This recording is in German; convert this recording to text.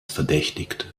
verdächtigt